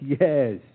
Yes